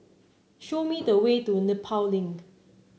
show me the way to Nepal Link